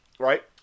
Right